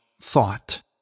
thought